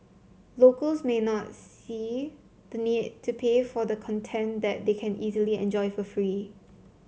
locals may not see the need to pay for the content that they can easily enjoy for free